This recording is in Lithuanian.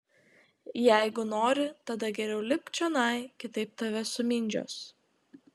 jeigu nori tada geriau lipk čionai kitaip tave sumindžios